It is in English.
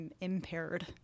impaired